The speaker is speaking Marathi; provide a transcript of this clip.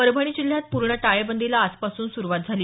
परभणी जिल्ह्यात पूर्ण टाळेबंदीला आजपासून सुरूवात झाली